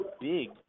big